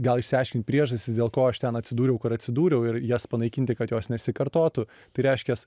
gal išsiaiškint priežastis dėl ko aš ten atsidūriau kur atsidūriau ir jas panaikinti kad jos nesikartotų tai reiškias